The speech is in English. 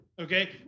okay